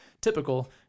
Typical